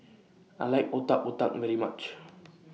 I like Otak Otak very much